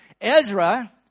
Ezra